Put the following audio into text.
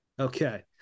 Okay